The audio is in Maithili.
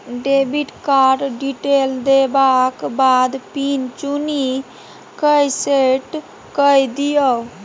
डेबिट कार्ड डिटेल देबाक बाद पिन चुनि कए सेट कए दियौ